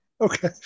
Okay